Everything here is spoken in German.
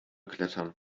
klettern